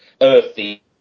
earthy